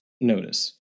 notice